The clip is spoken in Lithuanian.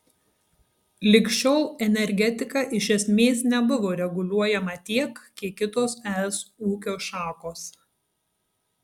lig šiol energetika iš esmės nebuvo reguliuojama tiek kiek kitos es ūkio šakos